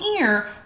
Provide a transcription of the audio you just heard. ear